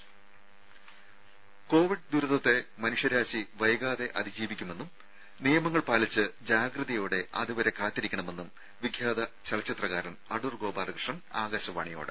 രുര കോവിഡ് ദുരിതത്തെ മനുഷ്യരാശി വൈകാതെ അതിജീവിക്കുമെന്നും നിയമങ്ങൾ പാലിച്ച് ജാഗ്രതയോടെ അതുവരെ കാത്തിരിക്കണമെന്നും വിഖ്യാത ചലച്ചിത്രകാരൻ അടൂർ ഗോപാലകൃഷ്ണൻ ആകാശവാണിയോട്